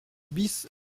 bis